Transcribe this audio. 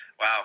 Wow